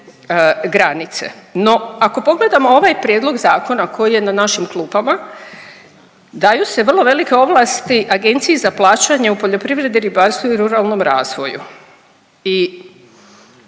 granice. No ako pogledamo ovaj prijedlog zakona koji je na našim klupama, daju se vrlo velike ovlasti Agenciji za plaćanje u poljoprivredi, ribarstvu i ruralnom razvoju i